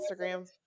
Instagram